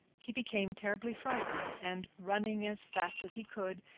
he became terribly frightened and, running as fast as he could,